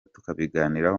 tukabiganiraho